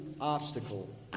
obstacle